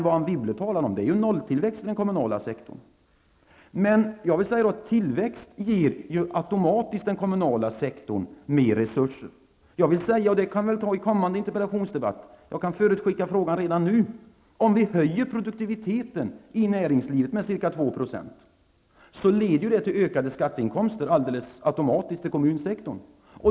Vad Anne Wibble talar om är nolltillväxt i den kommunala sektorn. Tillväxt ger automatiskt den kommunala sektorn mer resurser, men det kan vi återkomma till i en kommande interpellationsdebatt. Jag kan förutskicka frågan redan nu. Om vi höjer produktiviteten i näringslivet med ca 2 % leder detta till ökade skatteinkomster alldeles automatiskt i den kommunala sektorn.